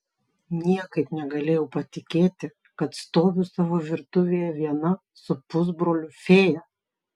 niekaip negalėjau patikėti kad stoviu savo virtuvėje viena su pusbroliu fėja